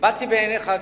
הבטתי בעיניך הטובות,